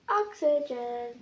oxygen